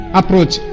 approach